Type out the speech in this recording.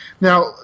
Now